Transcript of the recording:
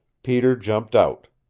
peter jumped out.